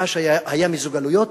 ואז היה מיזוג גלויות,